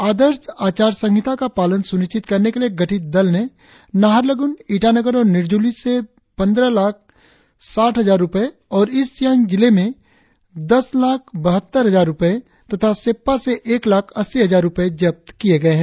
आदर्श आचार संहिता का पालन सुनिश्चित करने के लिए गठित दल ने नाहरलगुन ईटानगर और निरजूली से पंद्रह लाख साठ हजार रुपये और ईस्ट सियांग जिले में दस लाख बहत्तर हजार रुपये तथा सेप्पा से एक लाख अस्सी हजार रुपये जब्त किए गए है